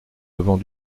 avons